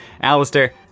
Alistair